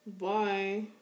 Bye